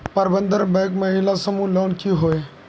प्रबंधन बैंक महिला समूह लोन की होय?